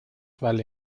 vale